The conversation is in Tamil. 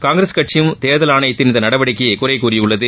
காங்கிரஸ் கட்சியும் தேர்தல் ஆணையத்தின் இந்த நடவடிக்கையை குறைகூறியுள்ளது